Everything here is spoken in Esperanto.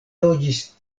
loĝis